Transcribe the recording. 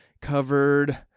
covered